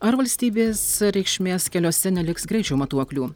ar valstybės reikšmės keliuose neliks greičio matuoklių